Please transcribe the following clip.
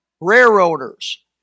railroaders